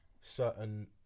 certain